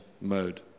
mode